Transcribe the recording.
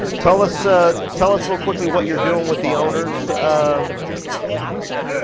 tell us ah tell us real quickly what you're doing with the owners going through the whole coach.